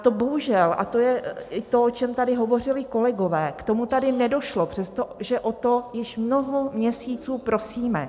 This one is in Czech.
To bohužel, a to je i to, o čem tady hovořili kolegové, k tomu tady nedošlo, přestože o to již mnoho měsíců prosíme.